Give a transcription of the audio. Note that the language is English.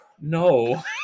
No